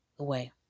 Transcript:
away